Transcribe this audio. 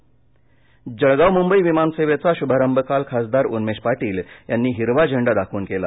विमानसेवा जळगाव मुंबई विमान सेवेचा शुभारंभ काल खासदार उन्मेष पाटील यांनी हिखा झेंडा दाखवून केला